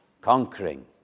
conquering